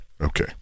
Okay